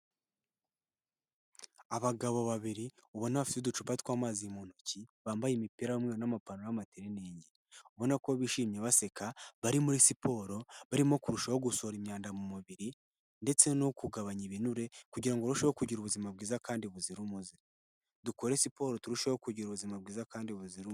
Abagabo babiri ubona bafite uducupa tw'amazi mu ntoki Bambaye imipira hamwe n'amapantalo y'amatiriningi. Ubona ko bishimye baseka, bari muri siporo barimo kurushaho gusohora imyanda mu mubiri ndetse no kugabanya ibinure kugira ngo urusheho kugira ubuzima bwiza kandi buzira umuze. Dukore siporo turusheho kugira ubuzima bwiza kandi buzira umuze.